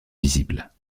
visibles